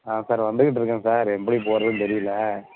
ஆ sir வந்துக்கிட்ருக்கேன் sir எப்படி போகிறதுன்னு தெரியலை